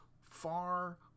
far